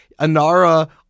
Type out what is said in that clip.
Anara